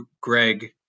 Greg